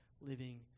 living